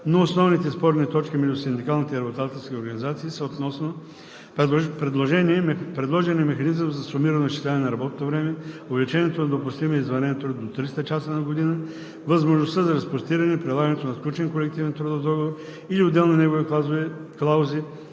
но основните спорни точки между синдикалните и работодателските организации са относно: - предложения механизъм за сумираното изчисляване на работното време; - увеличението на допустимия извънреден труд до 300 часа на година; - възможността за разпростиране прилагането на сключен колективен трудов договор или отделни негови клаузи